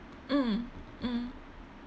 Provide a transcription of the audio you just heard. mm mm